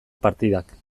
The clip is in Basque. partidak